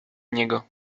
niego